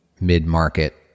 mid-market